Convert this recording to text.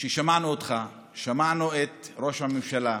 שמענו אותך, שמענו את ראש הממשלה,